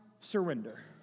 surrender